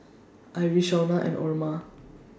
Iris and Oma